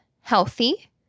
healthy